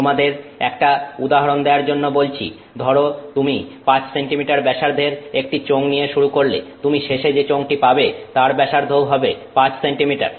তোমাদের একটা উদাহরণ দেওয়ার জন্য বলছি ধরো তুমি 5 সেন্টিমিটার ব্যাসার্ধের একটি চোঙ নিয়ে শুরু করলে তুমি শেষে যে চোঙটি পাবে তার ব্যাসার্ধও হবে 5 সেন্টিমিটার